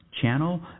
channel